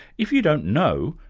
if you don't know,